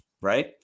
right